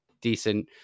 decent